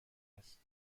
است